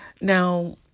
Now